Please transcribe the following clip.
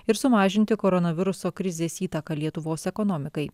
ir sumažinti koronaviruso krizės įtaką lietuvos ekonomikai